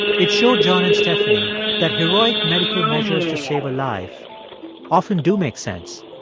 it showed john and stephanie that heroic medical measures to save a life often do make sense.